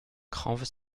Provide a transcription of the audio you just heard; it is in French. cranves